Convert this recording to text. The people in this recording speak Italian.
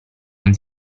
non